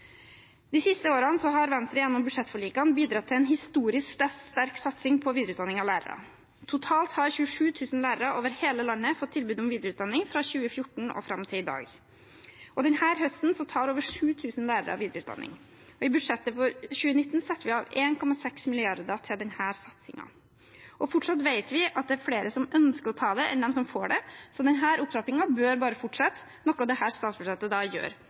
De siste årene har Venstre gjennom budsjettforlikene bidratt til en historisk sterk satsing på videreutdanning av lærere. Totalt har 27 000 lærere over hele landet fått tilbud om videreutdanning fra 2014 og fram til i dag. Denne høsten tar over 7 000 lærere videreutdanning. I budsjettet for 2019 setter vi av 1,6 mrd. kr til denne satsingen. Og fortsatt vet vi at det er flere som ønsker å ta det enn dem som får det, så denne opptrappingen bør bare fortsette, noe en da gjør i dette statsbudsjettet.